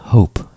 Hope